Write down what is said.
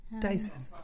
Dyson